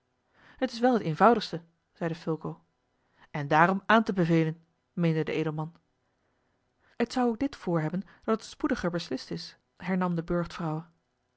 t is wel het eenvoudigste zeide fulco en daarom aan te bevelen meende de edelman het zou ook dit voor hebben dat het spoediger beslist is hernam de